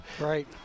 Right